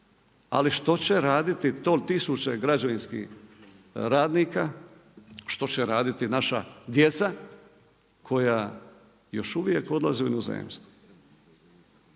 Ali što će raditi tisuće građevinskih radnika, što će raditi naša djeca koja još uvijek odlaze u inozemstvo?